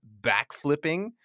backflipping